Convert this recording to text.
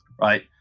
right